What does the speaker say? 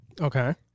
Okay